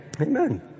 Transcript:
Amen